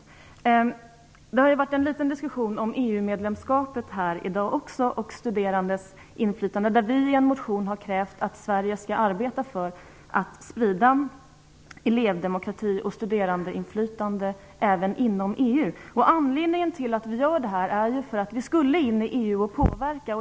Det har här i dag förts en liten diskussion om EU medlemskapet och de studerandes inflytande. Vi i Vänsterpartiet har i vår motion krävt att Sverige skall arbeta för att sprida elevdemokrati och studerandeinflytande även inom EU. Anledningen till att Vänsterpartiet gör det är ju för att vi i Sverige skulle in i EU för att påverka.